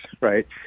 right